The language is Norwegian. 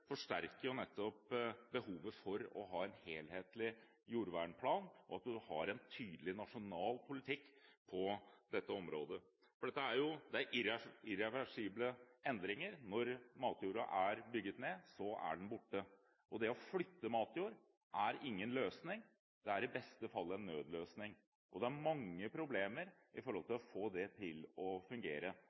nettopp behovet for å ha en helhetlig jordvernplan og en tydelig nasjonal politikk på dette området. For dette er irreversible endringer. Når matjorda er bygget ned, er den borte. Det å flytte matjord er ingen løsning. Det er i beste fall en nødløsning. Det er mange problemer med å få det til å fungere.